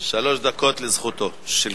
שלוש דקות לזכותו של כבודו.